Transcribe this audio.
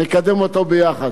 נקדם אותו יחד.